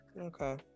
okay